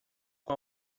com